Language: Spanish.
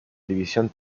división